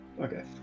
Okay